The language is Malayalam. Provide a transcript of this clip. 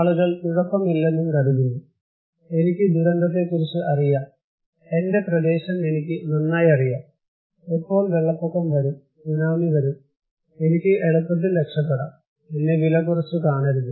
ആളുകൾ കുഴപ്പമില്ലെന്നും കരുതുന്നു എനിക്ക് ദുരന്തത്തെക്കുറിച്ച് അറിയാം എന്റെ പ്രദേശം എനിക്ക് നന്നായി അറിയാം എപ്പോൾ വെള്ളപ്പൊക്കം വരും സുനാമി വരും എനിക്ക് എളുപ്പത്തിൽ രക്ഷപ്പെടാം എന്നെ വിലകുറച്ച് കാണരുത്